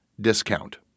discount